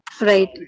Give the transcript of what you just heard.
right